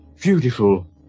beautiful